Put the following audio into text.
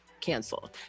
canceled